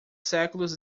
séculos